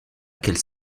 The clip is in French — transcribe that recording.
qu’elle